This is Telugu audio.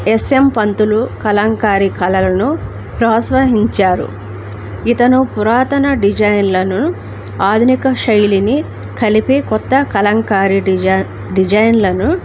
ఎస్ఎం పంతులు కలంకారి కళలను ప్రోత్సహించారు ఇతను పురాతన డిజైన్లను ఆధునిక శైలిని కలిపి కొత్త కలంకారి డిజ డిజైన్లను